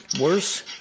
worse